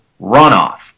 runoff